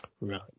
Right